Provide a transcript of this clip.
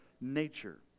nature